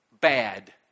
bad